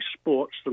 sports